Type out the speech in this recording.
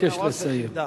אבקש לסיים.